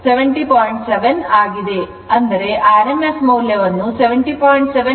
ಆದ್ದರಿಂದ rms ಮೌಲ್ಯವನ್ನು 70